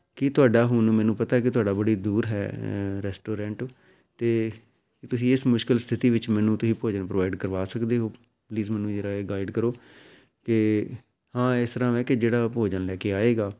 ਕੀ ਤੁਹਾਡਾ ਹੁਣ ਮੈਨੂੰ ਪਤਾ ਕਿ ਤੁਹਾਡਾ ਬੜੀ ਦੂਰ ਹੈ ਰੈਸਟੋਰੈਂਟ ਅਤੇ ਤੁਸੀਂ ਇਸ ਮੁਸ਼ਕਲ ਸਥਿਤੀ ਵਿੱਚ ਮੈਨੂੰ ਤੁਸੀਂ ਭੋਜਨ ਪ੍ਰੋਵਾਈਡ ਕਰਵਾ ਸਕਦੇ ਹੋ ਪਲੀਜ਼ ਮੈਨੂੰ ਜ਼ਰਾ ਇਹ ਗਾਈਡ ਕਰੋ ਕਿ ਹਾਂ ਇਸ ਤਰ੍ਹਾਂ ਵੇ ਕਿ ਜਿਹੜਾ ਭੋਜਨ ਲੈ ਕੇ ਆਏਗਾ